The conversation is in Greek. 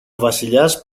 βασιλιάς